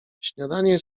śniadanie